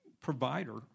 provider